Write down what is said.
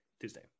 Tuesday